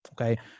Okay